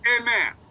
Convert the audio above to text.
Amen